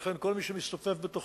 לכן, כל מי שמסתופף בתוכו